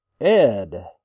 Ed